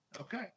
Okay